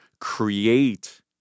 create